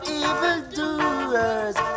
evildoers